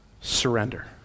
Surrender